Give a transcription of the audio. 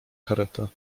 kareta